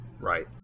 Right